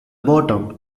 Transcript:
bottom